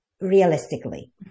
Realistically